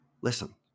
Listen